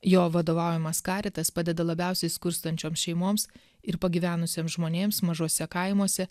jo vadovaujamas karitas padeda labiausiai skurstančioms šeimoms ir pagyvenusiems žmonėms mažuose kaimuose